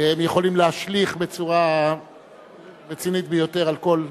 הם יכולים להשליך בצורה רצינית ביותר על כל,